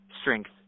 strength